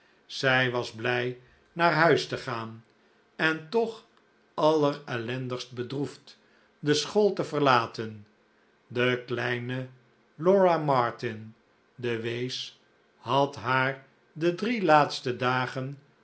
zij was blij naar huis te gaan en toch allerellendigst bedroefd de school te verlaten de kleine laura martin de wees had haar de drie laatste dagen